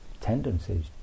tendencies